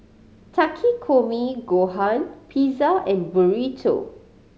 Takikomi Gohan Pizza and Burrito